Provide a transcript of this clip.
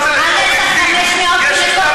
יד לטרוריסטים.